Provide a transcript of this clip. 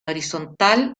horizontal